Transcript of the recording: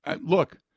look